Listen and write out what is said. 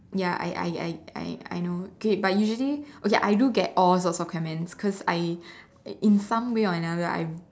ya I I I I I know okay but usually okay I do get all sorts of comments cause I in some way or another I